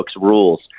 rules